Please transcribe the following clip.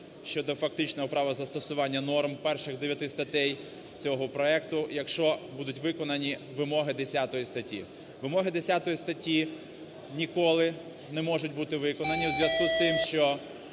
щодо фактичного права застосування норм перших дев'яти статей цього проекту, якщо будуть виконані вимоги 10 статті. Вимоги 10 статті ніколи не можуть бути виконані у зв'язку з тим, що